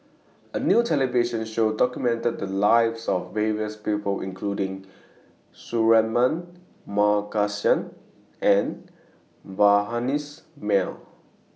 A New television Show documented The Lives of various People including Suratman Markasan and Vanessa Mae